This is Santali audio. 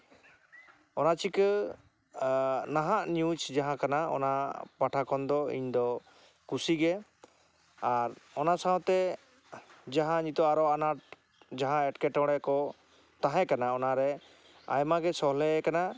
ᱚᱱᱟᱪᱤᱠᱟᱹ ᱱᱟᱦᱟᱜ ᱱᱤᱭᱩᱡ ᱡᱟᱦᱟᱸ ᱠᱟᱱᱟ ᱚᱱᱟ ᱯᱟᱦᱴᱟ ᱠᱷᱚᱱ ᱤᱧ ᱫᱚ ᱠᱩᱥᱤ ᱜᱮ ᱟᱨ ᱚᱱᱟ ᱥᱟᱶᱛᱮ ᱡᱟᱦᱟᱸ ᱱᱤᱛᱳᱜ ᱟᱨᱚ ᱟᱱᱟᱴ ᱡᱟᱦᱟᱸ ᱮᱴᱠᱮᱴᱚᱬᱮ ᱠᱚ ᱛᱟᱦᱮᱸᱠᱟᱱᱟ ᱚᱱᱟᱨᱮ ᱟᱭᱢᱟᱜᱮ ᱥᱚᱦᱞᱮᱭᱟᱠᱟᱱᱟ